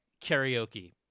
karaoke